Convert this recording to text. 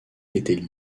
étaient